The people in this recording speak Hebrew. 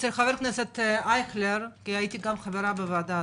אצל חבר הכנסת אייכלר, הייתי חברה בוועדה,